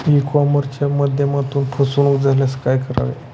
E कॉमर्सच्या माध्यमातून फसवणूक झाल्यास काय करावे?